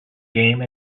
game